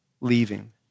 leaving